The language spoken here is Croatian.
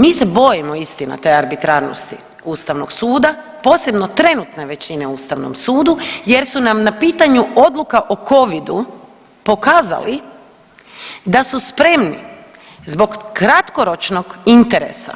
Mi se bojimo istina te arbitrarnosti Ustavnog suda, posebno trenutne većine u Ustavnom sudu jer su nam na pitanju odluka o Covidu pokazali da su spremni zbog kratkoročnog interesa,